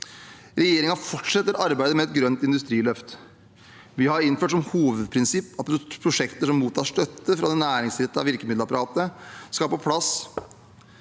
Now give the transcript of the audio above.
Regjeringen fortsetter arbeidet med et grønt industriløft. Vi har innført som hovedprinsipp at prosjekter som mottar støtte fra det næringsrettede virkemiddelapparatet, skal ha en plass